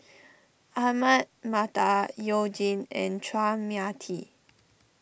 Ahmad Mattar You Jin and Chua Mia Tee